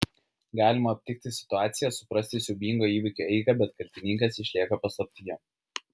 galima aptikti situaciją suprasti siaubingo įvykio eigą bet kaltininkas išlieka paslaptyje